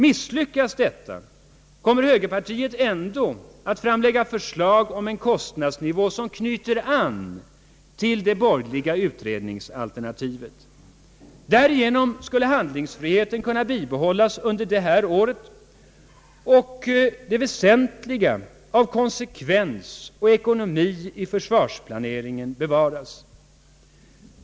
Misslyckas detta kommer högerpartiet ändå att framlägga förslag om en kostnadsnivå, som knyter an till det borgerliga utredningsalternativet. Därigenom skulle handlingsfriheten kunna bibehållas under detta år och det väsentliga av konsekvens och ekonomi i försvarsplaneringen bevaras.